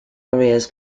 careers